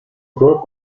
group